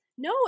No